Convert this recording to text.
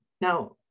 Now